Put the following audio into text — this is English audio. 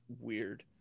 weird